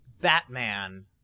Batman